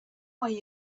why